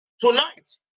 Tonight